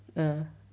uh